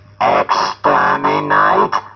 Exterminate